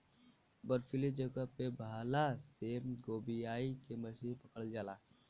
बर्फीली जगह पे भाला से गोभीयाई के मछरी पकड़ल जाला